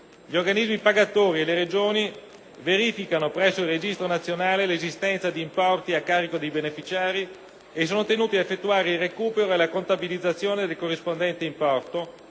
gli organismi pagatori e le Regioni verificano presso il Registro nazionale l'esistenza di importi a carico dei beneficiari e sono tenuti ad effettuare il recupero e la contabilizzazione del corrispondente importo